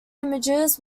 images